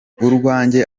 urwaye